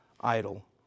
idle